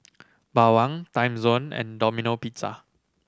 Bawang Timezone and Domino Pizza